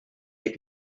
had